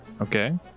Okay